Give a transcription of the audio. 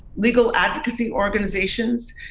legal advocacy organizations.